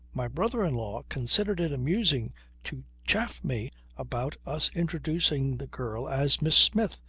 my brother-in-law considered it amusing to chaff me about us introducing the girl as miss smith,